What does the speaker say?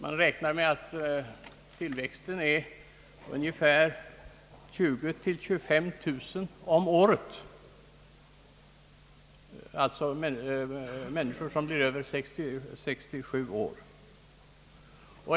Man räknar med att ökningen är ungefär 20 000—25 000 om året, alltså människor som fyllt 67 år.